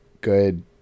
good